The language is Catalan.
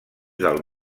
del